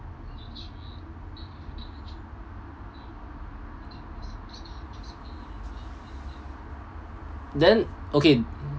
then okay